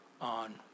on